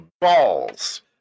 balls